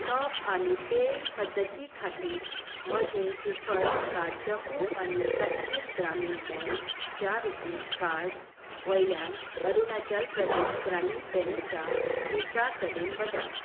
top आनी pay पद्दती खातीर म्हजें डिफॉल्ट कार्ड जम्मू आनी काश्मीर ग्रामीण बँक च्या रुपे कार्ड वयल्यान अरुणाचल प्रदेश ग्रामीण बँक च्या विजा कडेन बदल